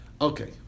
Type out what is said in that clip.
Okay